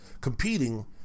competing